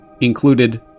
included